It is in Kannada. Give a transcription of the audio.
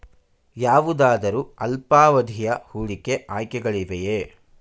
ಯಾವುದಾದರು ಅಲ್ಪಾವಧಿಯ ಹೂಡಿಕೆ ಆಯ್ಕೆಗಳಿವೆಯೇ?